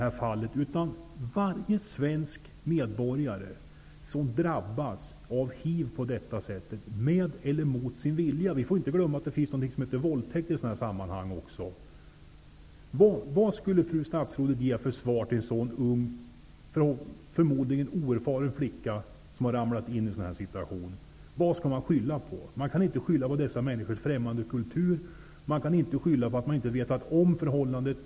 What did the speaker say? Vad skulle fru statsrådet säga till en ung och förmodligen oerfaren flicka som på detta sätt, med eller mot sin vilja -- vi får inte glömma att det i sådana här sammanhang också förekommer våldtäkter -- drabbas av hiv? Vad skall man då skylla på? Man kan inte skylla på dessa människors främmande kultur. Man kan inte skylla på att de inte känt till förhållandet.